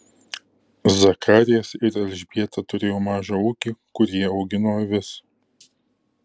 zakarijas ir elžbieta turėjo mažą ūkį kur jie augino avis